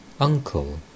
Uncle